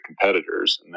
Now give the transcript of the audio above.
competitors